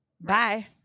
Bye